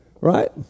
Right